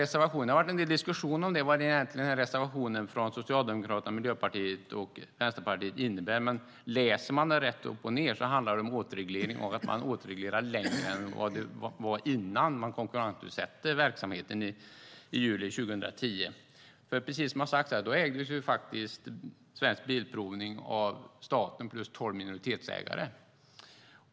Det har varit en del diskussioner om vad reservationen från Socialdemokraterna, Miljöpartiet och Vänsterpartiet innebär. Läst rätt upp och ned handlar den om en återreglering som går längre än hur situationen var innan verksamheten konkurrensutsattes i juli 2010. Då ägdes Svensk Bilprovning av staten och tolv minoritetsägare.